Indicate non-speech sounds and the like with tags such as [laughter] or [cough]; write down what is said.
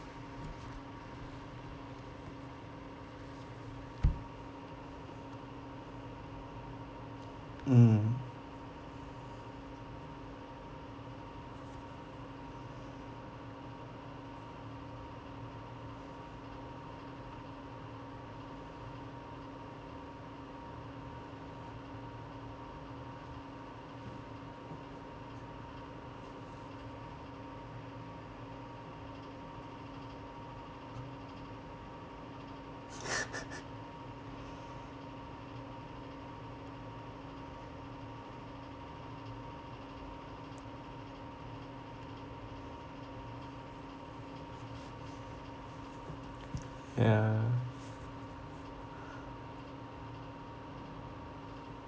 mm [laughs] [noise] ya